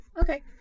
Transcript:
Okay